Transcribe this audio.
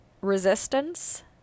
resistance